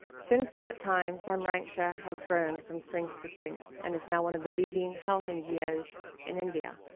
since that time, samraksha has grown from strength to strength and is now one of the leading health ngo's in india.